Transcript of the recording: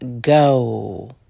go